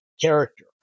character